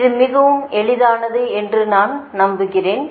இது மிகவும் எளிதானது என்று நான் நம்புகிறேன்